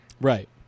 Right